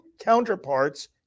counterparts